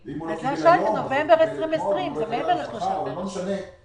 גם לחייל שהשתחרר באפריל 2020. הנתונים